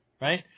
right